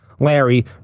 Larry